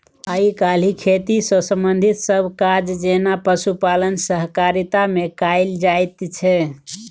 आइ काल्हि खेती सँ संबंधित सब काज जेना पशुपालन सहकारिता मे कएल जाइत छै